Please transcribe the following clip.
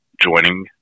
joining